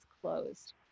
closed